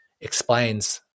explains